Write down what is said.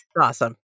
awesome